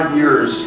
years